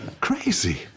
Crazy